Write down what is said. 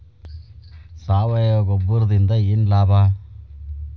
ಸಾವಯವ ಗೊಬ್ಬರದಿಂದ ಏನ್ ಲಾಭ?